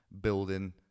building